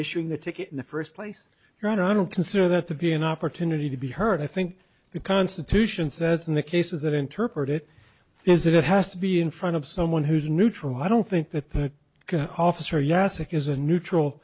issuing the ticket in the first place your honor i don't consider that to be an opportunity to be heard i think the constitution says in the cases that interpret it is it has to be in front of someone who's neutral i don't think that that officer